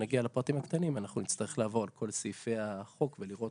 שנגיע לפרטים הקטנים ואנחנו נצטרך לעבור על כל סעיפי החוק ולראות,